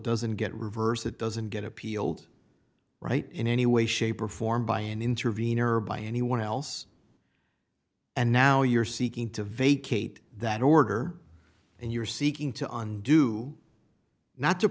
doesn't get reversed it doesn't get appealed right in any way shape or form by an intervenor or by anyone else and now you're seeking to vacate that order and you're seeking to undo not to